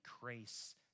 grace